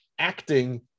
Acting